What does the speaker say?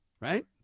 Right